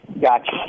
Gotcha